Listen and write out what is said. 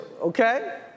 okay